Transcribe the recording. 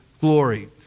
glory